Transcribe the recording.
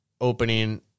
opening